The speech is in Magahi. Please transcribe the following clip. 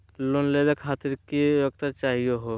लोन लेवे खातीर की योग्यता चाहियो हे?